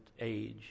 age